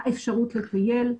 האפשרות לטייל,